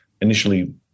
initially